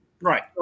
right